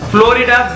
Florida